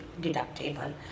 deductible